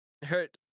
Hurt